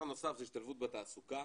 השתלבות בתעסוקה